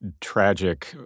tragic